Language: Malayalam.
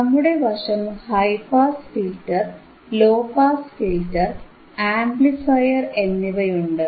നമ്മുടെ വശം high pass filter low pass filter amplifier എന്നിവയുണ്ട്